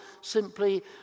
simply